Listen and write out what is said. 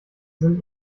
sind